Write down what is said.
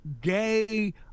gay